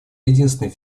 единственный